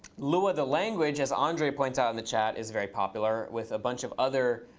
lua the language, as andre points out in the chat, is very popular with a bunch of other